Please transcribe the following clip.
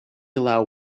allow